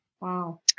Wow